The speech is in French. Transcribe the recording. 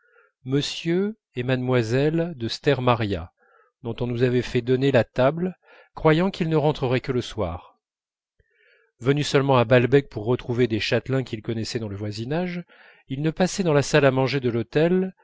m et mlle de stermaria dont on nous avait fait donner la table croyant qu'ils ne rentreraient que le soir venus seulement à balbec pour retrouver des châtelains qu'ils connaissaient dans le voisinage ils ne passaient dans la salle à manger de l'hôtel